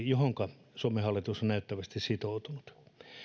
johonka suomen hallitus on näyttävästi sitoutunut